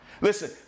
Listen